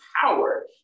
power